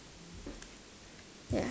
yeah